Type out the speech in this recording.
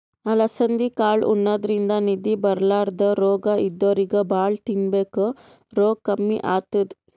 ಅಲಸಂದಿ ಕಾಳ್ ಉಣಾದ್ರಿನ್ದ ನಿದ್ದಿ ಬರ್ಲಾದ್ ರೋಗ್ ಇದ್ದೋರಿಗ್ ಭಾಳ್ ತಿನ್ಬೇಕ್ ರೋಗ್ ಕಮ್ಮಿ ಆತದ್